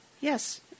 yes